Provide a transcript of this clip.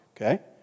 okay